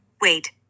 wait